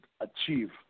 achieve